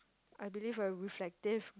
I believe a reflective